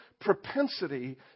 propensity